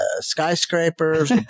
skyscrapers